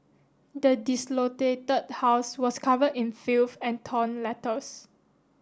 the house was covered in filth and torn letters